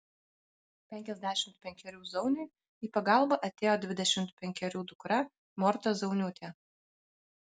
penkiasdešimt penkerių zauniui į pagalbą atėjo dvidešimt penkerių dukra morta zauniūtė